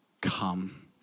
come